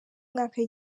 mwaka